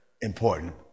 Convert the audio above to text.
important